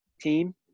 team